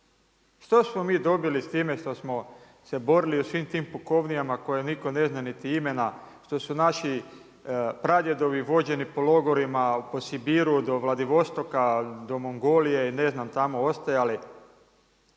Što smo mi dobili s time što smo se borili u svim tim pukovnijama koje nitko ne zna niti imena, što su naši pradjedovi vođeni po logorima, po Sibiru do Vladivostoka, do Mongolije i ne znam tamo ostajali?